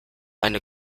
eine